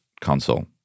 console